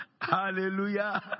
Hallelujah